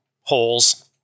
holes